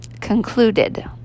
Concluded